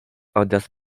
anders